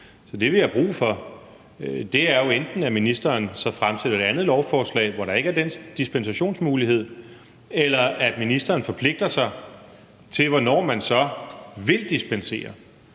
Det, vi har brug for, er jo, at ministeren enten fremsætter et andet lovforslag, hvor der ikke er den dispensationsmulighed, eller forpligter sig til, hvornår man så vil dispensere.